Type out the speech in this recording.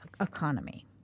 economy